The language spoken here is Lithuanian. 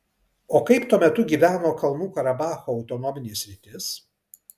o kaip tuo metu gyveno kalnų karabacho autonominė sritis